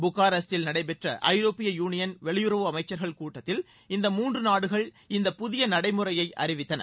புகாரெஸ்டில் நடைபெற்ற ஐரோப்பிய யூனியன் வெளியுறவு அமைக்சர்கள் கூட்டத்தில் இந்த மூன்று நாடுகள் இந்த புதிய நடைமுறையை அறிவித்தன